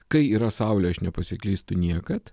kai yra saulė aš nepasiklystu niekad